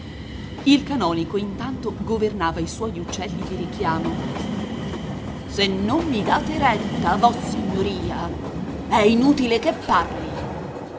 il canonico intanto governava i suoi uccelli di richiamo se non mi date retta vossignoria è inutile che parli